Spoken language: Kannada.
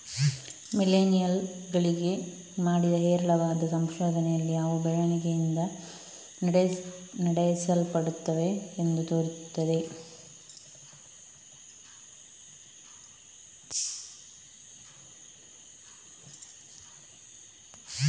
ಮಿಲೇನಿಯಲ್ ಗಳಿಗೆ ಮಾಡಿದ ಹೇರಳವಾದ ಸಂಶೋಧನೆಯಲ್ಲಿ ಅವು ಬೆಳವಣಿಗೆಯಿಂದ ನಡೆಸಲ್ಪಡುತ್ತವೆ ಎಂದು ತೋರುತ್ತದೆ